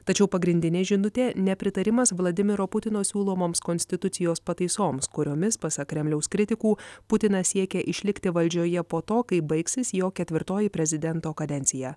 tačiau pagrindinė žinutė nepritarimas vladimiro putino siūlomoms konstitucijos pataisoms kuriomis pasak kremliaus kritikų putinas siekia išlikti valdžioje po to kai baigsis jo ketvirtoji prezidento kadencija